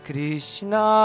Krishna